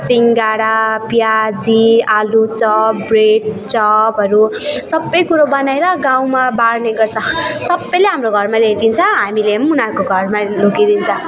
सिङ्गडा प्याजी आलुचप ब्रेडचपहरू सबै कुरो बनाएर गाउँमा बाँड्ने गर्छ सबैले हाम्रो घरमा ल्याइदिन्छ हामीले पनि उनीहरूको घरमा लगिदिन्छ